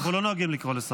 אנחנו לא נוהגים לקרוא לשר.